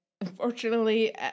unfortunately